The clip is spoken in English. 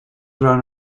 run